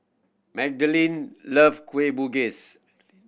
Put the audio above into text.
Magdalen loves Kueh Bugis